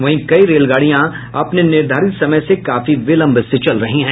वहीं कई रेलगाड़ियां अपने निर्धारित समय से काफी विलंब से चल रही हैं